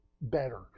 better